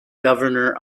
governor